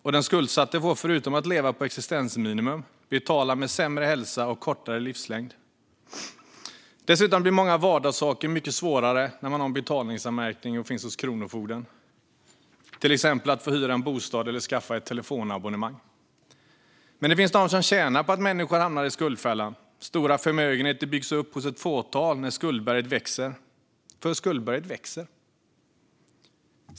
Och den skuldsatte får, förutom att leva på existensminimum, betala med sämre hälsa och kortare livslängd. Dessutom blir många vardagssaker mycket svårare när man har en betalningsanmärkning och finns hos kronofogden, till exempel att få hyra en bostad eller skaffa ett telefonabonnemang. Men det finns de som tjänar på att människor hamnar i skuldfällan. Stora förmögenheter byggs upp hos ett fåtal när skuldberget växer. För skuldberget växer.